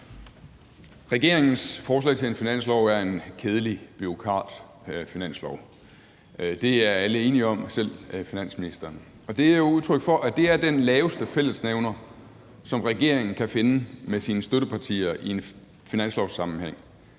Regeringens forslag til en finanslov er en kedelig bureaukratfinanslov. Det er alle enige om, selv finansministeren. Og det er et udtryk for, at det er den laveste fællesnævner, som regeringen kan finde med sine støttepartier i en finanslovssammenhæng.